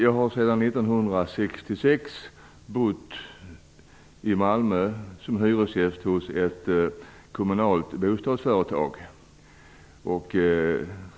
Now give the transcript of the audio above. Jag har sedan 1966 bott som hyresgäst hos ett kommunalt bostadsföretag i Malmö.